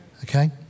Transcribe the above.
okay